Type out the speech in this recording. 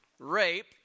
rape